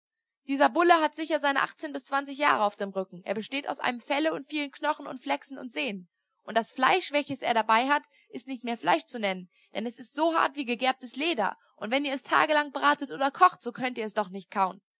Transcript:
dieser bulle hat sicher seine achtzehn bis zwanzig jahre auf dem rücken er besteht aus einem felle und vielen knochen und flechsen und sehnen und das fleisch welches er dabei hat ist nicht mehr fleisch zu nennen denn es ist so hart wie gegerbtes leder und wenn ihr es tagelang bratet oder kocht so könnt ihr es doch nicht kauen